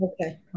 Okay